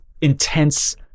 intense